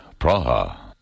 Praha